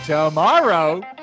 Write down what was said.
Tomorrow